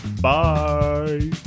Bye